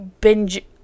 binge